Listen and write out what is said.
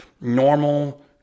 normal